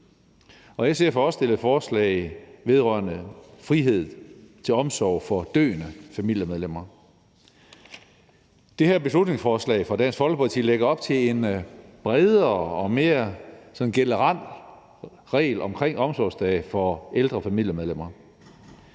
SF har også stillet forslag vedrørende frihed til omsorg for døende familiemedlemmer. Det her beslutningsforslag fra Dansk Folkeparti lægger op til en bredere og mere generel regel omkring omsorgsdage for ældre familiemedlemmer.